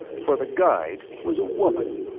for the guide was a woman.